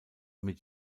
mit